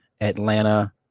Atlanta